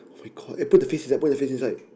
[oh]-my-god eh put the face inside put the face inside